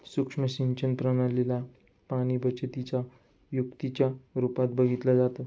सुक्ष्म सिंचन प्रणाली ला पाणीबचतीच्या युक्तीच्या रूपात बघितलं जातं